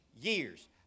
Years